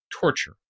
torture